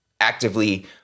actively